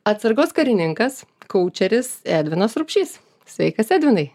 atsargos karininkas koučeris edvinas rupšys sveikas edvinai